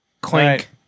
Clank